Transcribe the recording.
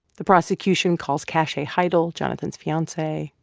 the prosecution calls cache heidel, jonathan's fiancee,